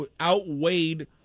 outweighed